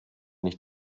nicht